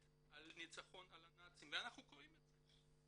על הניצחון על הנאצים ואנחנו קוראים את זה.